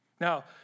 Now